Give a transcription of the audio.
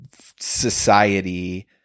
society